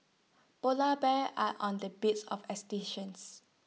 Polar Bears are on the bids of extinction